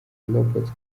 robots